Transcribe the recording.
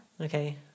Okay